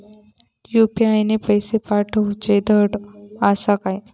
UPI ने पैशे पाठवूचे धड आसा काय?